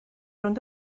rownd